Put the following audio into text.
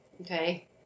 Okay